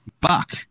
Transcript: Buck